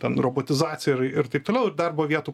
ten robotizacija ir ir taip toliau ir darbo vietų